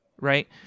right